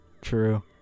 True